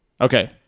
Okay